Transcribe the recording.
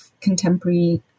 contemporary